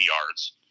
yards